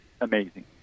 amazing